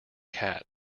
cat